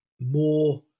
more